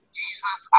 jesus